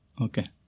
Okay